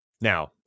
Now